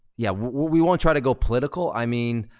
yeah, we won't try to go political. i mean,